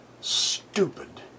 stupid